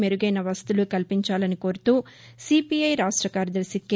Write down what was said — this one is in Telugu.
మెరుగైన వసతులు కల్పించాలని కోరుతూ సీపీఐ రాష్ట కార్యదర్భి కె